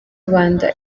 rubanda